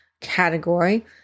category